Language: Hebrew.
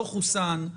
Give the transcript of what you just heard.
לא חוסן.